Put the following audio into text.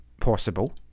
possible